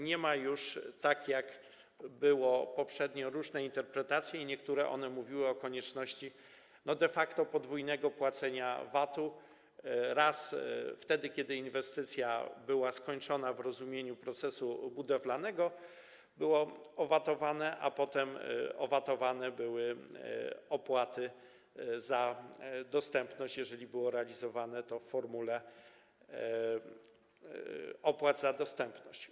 Nie ma już, tak jak było poprzednio, różnych interpretacji, a niektóre z nich mówiły o konieczności de facto podwójnego płacenia VAT-u: raz wtedy, kiedy inwestycja była skończona w rozumieniu procesu budowlanego, było to owatowane, a potem owatowane były opłaty za dostępność, jeżeli było to realizowane w formule opłat za dostępność.